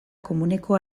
komuneko